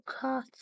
Cut